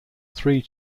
three